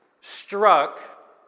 Struck